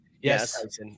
Yes